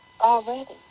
already